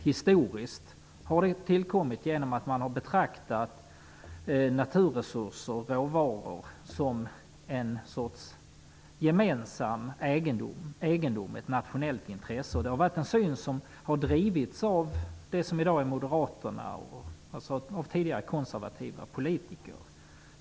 Historiskt har det tillkommit genom att man har betraktat naturresurser och råvaror som ett slags gemensam egendom, ett nationellt intresse. Det är en syn som har drivits av dem som i dag är moderater, dvs. av tidigare konservativa politiker.